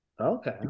Okay